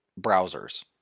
browsers